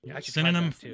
Synonym